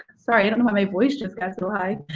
sorry, i don't know why my voice just got so high.